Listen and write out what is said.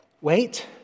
wait